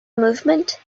movement